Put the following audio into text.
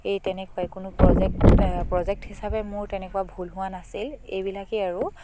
এই তেনেকুৱা কোনো প্ৰজেক্ট প্ৰজেক্ট হিচাপে মোৰ তেনেকুৱা ভুল হোৱা নাছিল এইবিলাকেই আৰু